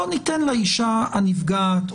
בוא ניתן לאישה הנפגעת,